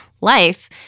life